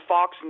Fox